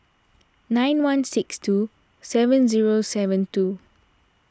nine one six two seven zero seven two